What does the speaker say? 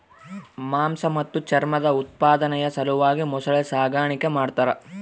ಮಾಂಸ ಮತ್ತು ಚರ್ಮದ ಉತ್ಪಾದನೆಯ ಸಲುವಾಗಿ ಮೊಸಳೆ ಸಾಗಾಣಿಕೆ ಮಾಡ್ತಾರ